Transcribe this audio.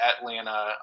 Atlanta